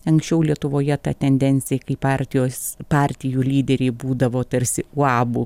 anksčiau lietuvoje ta tendencija kai partijos partijų lyderiai būdavo tarsi uabų